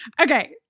Okay